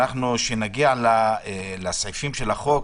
כשנגיע לסעיפים של החוק,